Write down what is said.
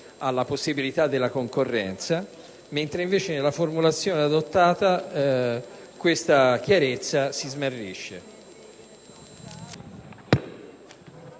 la possibilità della concorrenza, mentre nella formulazione adottata questa chiarezza si smarrisce.